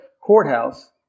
courthouse